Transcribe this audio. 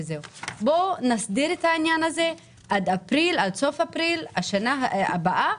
בואו נסדיר את העניין הזה עד סוף אפריל שנה הבא,